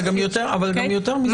אבל גם יותר מזה,